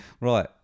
Right